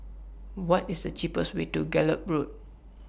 What IS The cheapest Way to Gallop Road